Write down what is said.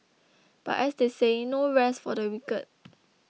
but as they say no rest for the wicked